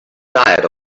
diet